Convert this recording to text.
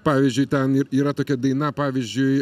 pavyzdžiui ten ir yra tokia daina pavyzdžiui